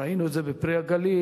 ראינו את זה ב"פרי הגליל",